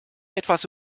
etwas